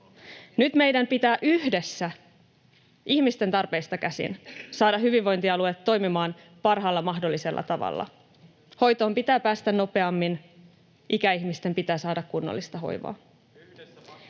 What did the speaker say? Nyt meidän pitää yhdessä, ihmisten tarpeista käsin, saada hyvinvointialueet toimimaan parhaalla mahdollisella tavalla. Hoitoon pitää päästä nopeammin. Ikäihmisten pitää saada kunnollista hoivaa.